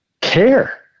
care